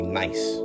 nice